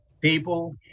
people